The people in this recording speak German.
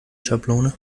schablone